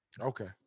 Okay